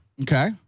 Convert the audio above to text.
Okay